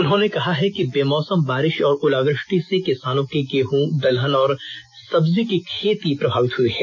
उन्होंने कहा है कि बेमौसम बारिश और ओलावृष्टि से किसानों के गेहूं दलहन और सब्जी की खेती प्रभावित हुई है